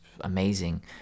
amazing